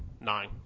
Nine